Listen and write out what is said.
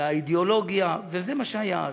על האידיאולוגיה, וזה מה שהיה אז.